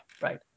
Right